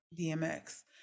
DMX